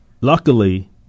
Luckily